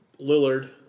Lillard